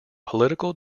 political